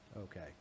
Okay